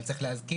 אבל צריך להזכיר,